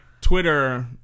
Twitter